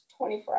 24